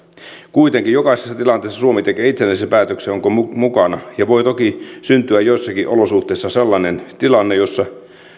kuitenkin jokaisessa tilanteessa suomi tekee itsenäisen päätöksen onko mukana ja voi toki syntyä joissakin olosuhteissa sellainen tilanne jossa